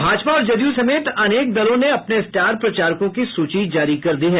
भाजपा और जदयू समेत अनेक दलों ने अपने स्टार प्रचारकों की सूची जारी कर दी है